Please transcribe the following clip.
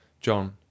John